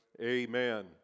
Amen